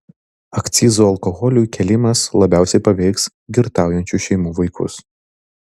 akcizų alkoholiui kėlimas labiausiai paveiks girtaujančių šeimų vaikus